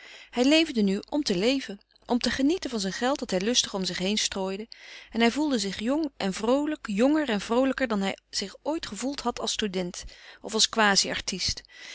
hij leefde nu om te leven om te genieten van zijn geld dat hij lustig om zich heen strooide en hij gevoelde zich jong en vroolijk jonger en vroolijker dan hij zich ooit gevoeld had als student of als